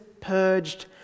purged